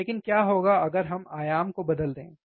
लेकिन क्या होगा अगर हम आयाम को बदल दें सही